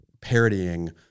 parodying